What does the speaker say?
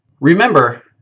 Remember